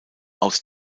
aus